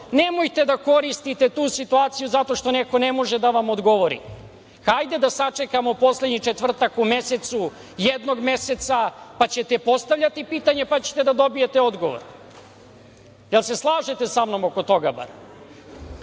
Nemojte da koristite tu situaciju zato što neko ne može da vam odgovori. Hajde da sačekamo poslednji četvrtak u mesecu, jednog meseca, pa ćete postavljati pitanja, pa ćete da dobijete odgovore. Da li se slažete sa mnom oko